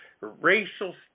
racial